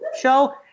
show